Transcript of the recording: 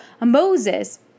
Moses